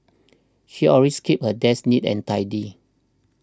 she always keeps her desk neat and tidy